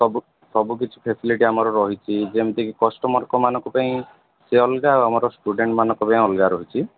ସବୁ ସବୁ କିଛି ଫାସିଲିଟି ଆମର ରହିଛି ଯେମିତିକି କଷ୍ଟମର୍ମାନଙ୍କ ପାଇଁ ସେ ଅଲଗା ଆମର ଷ୍ଟୁଡେଣ୍ଟ୍ମାନଙ୍କ ପାଇଁ ଅଲଗା ରହିଛି